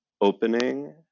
opening